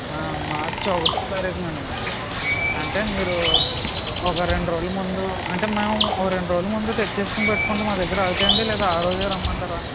మార్చి ఒకటో తారీఖునండి మాది అంటే మీరు ఒక రెండు రోజులు ముందు అంటే మేము ఒక రెండు రోజుల ముందు తెచ్చేసుకుని పెట్టేసుకుంటే మా దగ్గర ఆగుతాయాండి లేదంటే ఆరోజే రమ్మంటారా